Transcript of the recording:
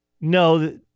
No